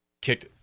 kicked